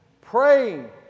praying